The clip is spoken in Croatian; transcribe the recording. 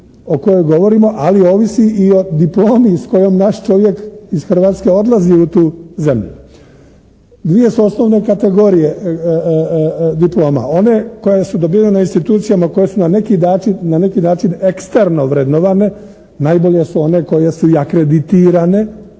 o kojoj govorimo ali ovisi i o diplomi s kojom naš čovjek iz Hrvatske odlazi u tu zemlju. Dvije su osnovne kategorije diploma. One koje su dobivene na institucijama, koje su na neki način eksterno vrednovane. Najbolje su one koje su i akreditirane.